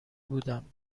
بودم